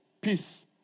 peace